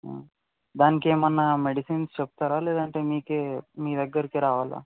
దానికేమన్నా medicines చెప్తారా లేదంటే మీకే మీ దగ్గరకి రావాల